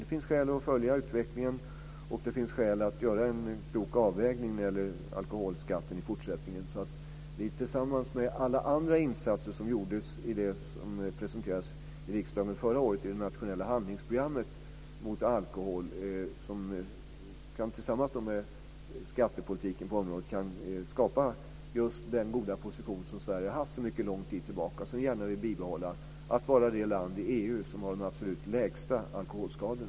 Det finns skäl att följa utvecklingen, och det finns skäl att göra en klok avvägning när det gäller alkoholskatten i fortsättningen, så att vi tillsammans med alla andra insatser som presenterades i riksdagen förra året i det nationella handlingsprogrammet mot alkohol och skattepolitiken på området kan skapa just den goda position som Sverige har haft sedan en mycket lång tid tillbaka. Vi vill gärna fortsätta att vara det land i EU som har absolut minst alkoholskador.